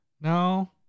No